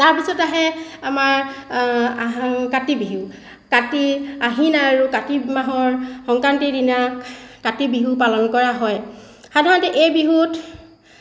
তাৰপিছত আহে আমাৰ কাতি বিহু আহিন আৰু কাতি মাহৰ সংক্ৰান্তিৰ দিনা কাতি বিহু পালন কৰা হয় সাধাৰণতে এই বিহুত